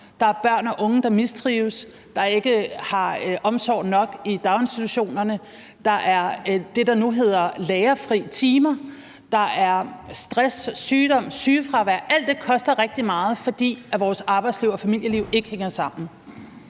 Der er børn og unge, der mistrives, og som ikke får omsorg nok i daginstitutionerne. Der er det, der nu hedder lærerfri timer. Der er stress, sygdom og sygefravær. Alt det koster rigtig meget, fordi vores arbejdsliv og familieliv ikke hænger sammen.